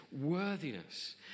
worthiness